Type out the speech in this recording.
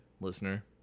Listener